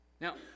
Now